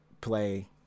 play